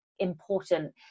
important